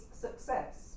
success